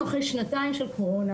אנחנו אחרי שנתיים של קורונה.